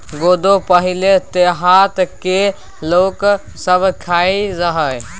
कोदो पहिले देहात केर लोक सब खाइत रहय